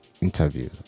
interview